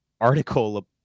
article